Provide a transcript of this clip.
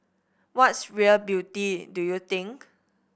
what's real beauty do you think